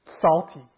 salty